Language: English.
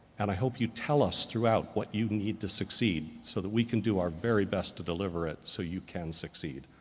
and i hope you tell us throughout what you need to succeed so that we can do our very best to deliver it, so you can succeed.